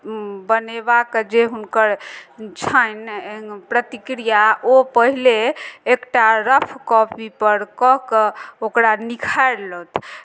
बनेबाक जे हुनकर छनि प्रतिक्रिया ओ पहिले एक टा रफ कॉपीपर कऽ कऽ ओकरा निखारि लथु